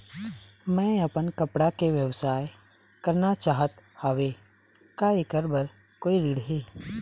मैं अपन कपड़ा के व्यवसाय करना चाहत हावे का ऐकर बर कोई ऋण हे?